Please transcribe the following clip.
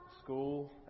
school